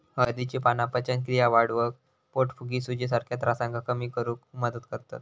हळदीची पाना पचनक्रिया वाढवक, पोटफुगी, सुजीसारख्या त्रासांका कमी करुक मदत करतत